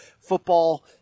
football